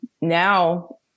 now